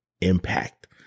impact